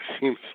seems